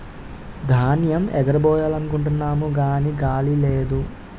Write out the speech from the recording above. ధాన్యేమ్ ఎగరబొయ్యాలనుకుంటున్నాము గాని గాలి లేదు